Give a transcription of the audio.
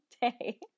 day